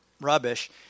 rubbish